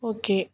okay